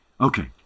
Okay